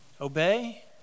Obey